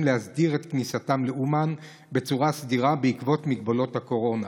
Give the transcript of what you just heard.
להסדיר את כניסתם לאומן בצורה סדירה בעקבות מגבלות הקורונה,